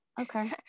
Okay